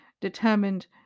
determined